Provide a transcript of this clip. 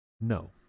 No